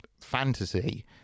fantasy